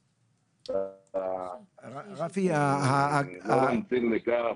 --- רפי, אני נורא מצטער,